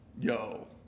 Yo